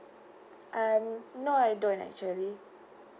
I'm not don't actually